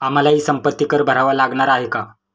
आम्हालाही संपत्ती कर भरावा लागणार आहे का?